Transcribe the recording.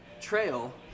trail